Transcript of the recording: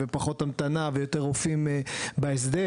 ופחות המתנה ויותר רופאים בהסדר.